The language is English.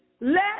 Let